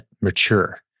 mature